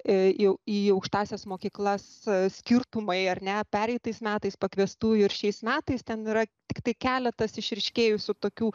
jau į aukštąsias mokyklas skirtumai ar ne pereitais metais pakviestųjų ir šiais metais ten yra tiktai keletas išryškėjusių tokių